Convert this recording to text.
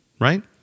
Right